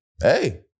Hey